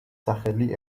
სახელი